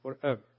Forever